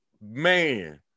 man